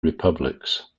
republics